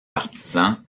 partisans